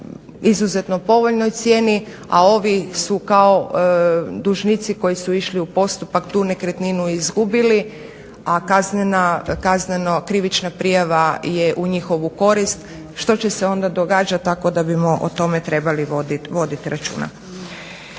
izuzetno povoljnoj cijeni, a ovi su kao dužnici koji su išli u postupak tu nekretninu izgubili a kazneno krivična prijava je u njihovu korist. Što će se onda događati tako da bimo o tome trebali voditi računa.